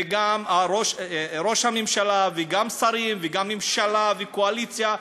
וגם ראש הממשלה וגם שרים וגם ממשלה וקואליציה,